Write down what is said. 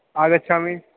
आगच्छामि